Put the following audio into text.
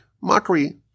Mockery